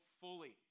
fully